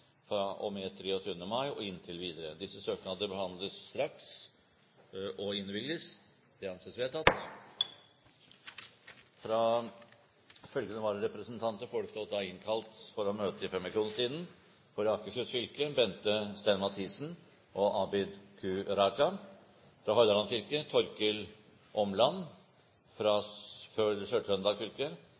mai og inntil videre Etter forslag fra presidenten ble enstemmig besluttet: Søknadene behandles straks og innvilges. Følgende vararepresentanter innkalles for å møte i permisjonstiden: For Akershus fylke: Bente Stein Mathisen og Abid Q. RajaFor Hordaland fylke: Torkil ÅmlandFor Sør-Trøndelag fylke: Aud Herbjørg KvalvikFor Vestfold fylke: